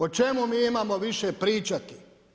O čemu mi imamo više pričati?